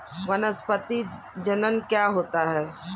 वानस्पतिक जनन क्या होता है?